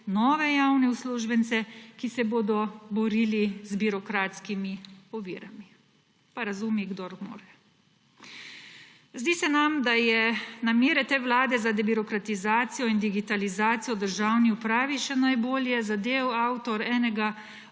nove javne uslužbence, ki se bodo borili z birokratskimi ovirami. Pa razumi, kdor more. Zdi se nam, da je namere te vlade za debirokratizacijo in digitalizacijo v državni upravi še najbolje zadel avtor enega